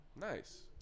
Nice